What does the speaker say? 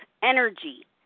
Energy